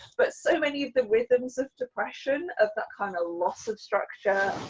but so many of the rhythms of depression of that kind of of loss of structure,